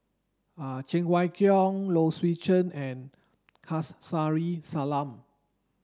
Cheng Wai Keung Low Swee Chen and Salam